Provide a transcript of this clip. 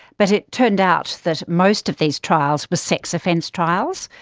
but it turned out that most of these trials were sex offence trials.